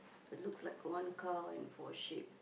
it looks like one cow and for a sheep